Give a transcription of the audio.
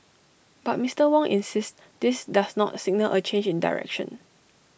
but Mister Wong insists this does not signal A change in direction